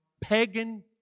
pagan